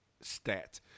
Stat